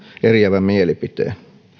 eriävän mielipiteen